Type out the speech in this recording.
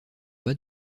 bas